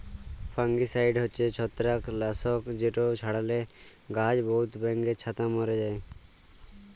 fungicide হছে ছত্রাক লাসক যেট ছড়ালে গাহাছে বহুত ব্যাঙের ছাতা ম্যরে যায়